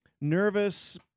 Nervous